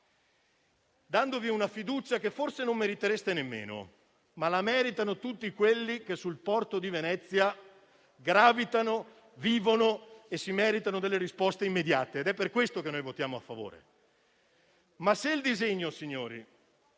dandovi una fiducia che forse non meritereste nemmeno, ma che meritano tutti quelli che sul porto di Venezia gravitano, vivono e si meritano delle risposte immediate. È per questo che votiamo a favore. Ma se il disegno, signori,